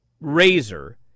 Razor